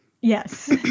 Yes